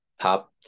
top